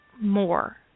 more